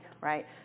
right